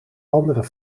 andere